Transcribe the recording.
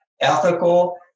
ethical